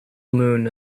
moon